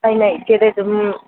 ꯑꯩꯅ ꯏꯆꯦꯗꯒꯤ ꯑꯗꯨꯝ